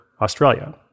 Australia